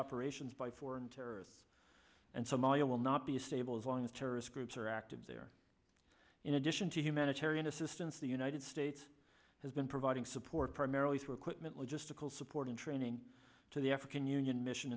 operations by foreign terrorists and somalia will not be a stable as long as terrorist groups are active there in addition to humanitarian assistance the united states has been providing support primarily through equipment logistical support and training to the african union mission